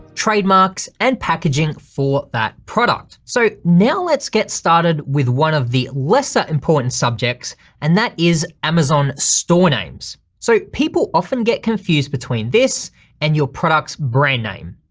trademarks and packaging for that product. so now let's get started with one of the lesser important subjects and that is amazon store names. so people often get confused between this and your products brand name.